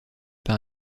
par